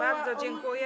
Bardzo dziękuję.